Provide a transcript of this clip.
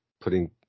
putting